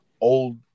old